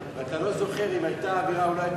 ואתה לא זוכר אם היתה עבירה או לא היתה